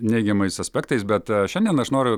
neigiamais aspektais bet šiandien aš noriu